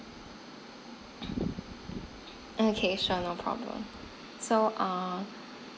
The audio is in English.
okay sure no problem so err